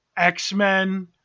X-Men